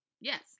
yes